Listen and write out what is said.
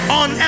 on